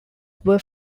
were